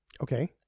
Okay